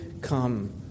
come